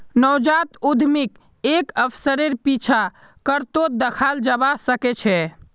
नवजात उद्यमीक एक अवसरेर पीछा करतोत दखाल जबा सके छै